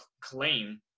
claim